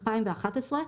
2011,